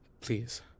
please